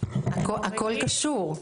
--- הכל קשור,